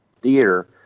theater